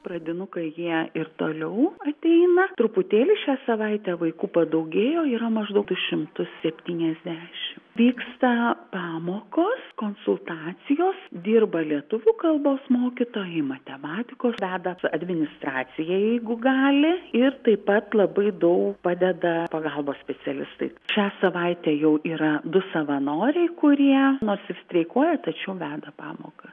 pradinukai jie ir toliau ateina truputėlį šią savaitę vaikų padaugėjo yra maždaug du šimtus septyniasdešimt vyksta pamokos konsultacijos dirba lietuvių kalbos mokytojai matematikos veda administracija jeigu gali ir taip pat labai daug padeda pagalbos specialistai šią savaitę jau yra du savanoriai kurie nors ir streikuoja tačiau veda pamokas